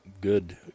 good